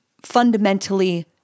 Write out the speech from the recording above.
fundamentally